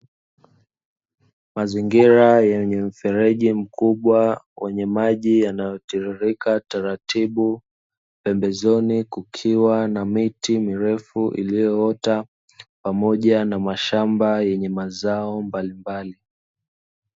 Mazingira yenye mfereji mkubwa wenye maji yanayo tiririka taratibu, pembeni kukiwa na miti mirefu iliyoota pamoja na mashamba yenye mazao mbalimbali.